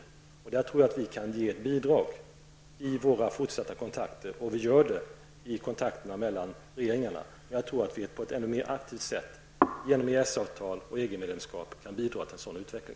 I detta sammanhang tror jag att vi kan ge ett bidrag vid våra fortsatta kontakter. Och vi gör det vid kontakterna mellan regeringarna. Jag tror att vi på ett ännu mer aktivt sätt genom EES-avtal och EG medlemskap kan bidra till en sådan utveckling.